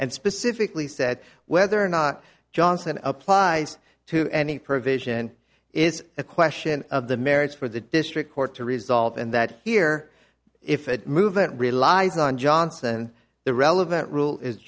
and specifically said whether or not johnson applies to any provision is a question of the merits for the district court to resolve and that here if it move it relies on johnson the relevant rule is